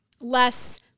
less